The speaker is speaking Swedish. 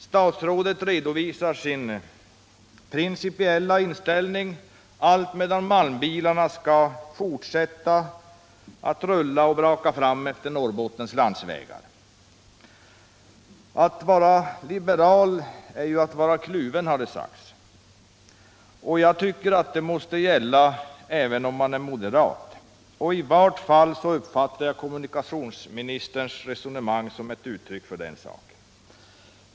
Statsrådet redovisar sin principiella inställning, medan malmbilarna skall fortsätta att braka fram efter Norrbottens landsvägar. ” Att vara liberal är att vara kluven”, har det sagts. Jag tycker att det gäller även om man är moderat. I varje fall är kommunikationsministerns resonemang ett uttryck för detta.